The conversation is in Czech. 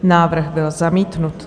Návrh byl zamítnut.